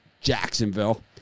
Jacksonville